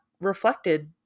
reflected